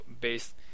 based